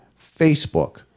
Facebook